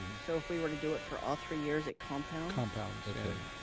and so if we were to do it for all three years at compounds. compounds, okay.